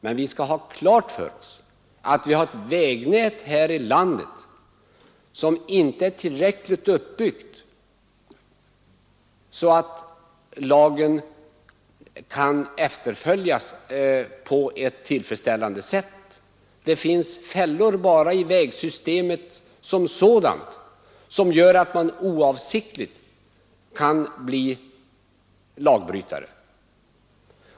Men vi skall ha klart för oss att vi har ett vägnät här i landet som inte är uppbyggt så, att lagen kan efterföljas på ett tillfredsställande sätt. Det finns fällor bara i vägsystemet som sådant som gör att man oavsiktligt kan bli lagbrytare.